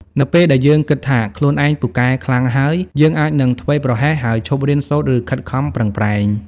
នៅពេលដែលយើងគិតថាខ្លួនឯងពូកែខ្លាំងហើយ យើងអាចនឹងធ្វេសប្រហែស ហើយឈប់រៀនសូត្រ ឬខិតខំប្រឹងប្រែង។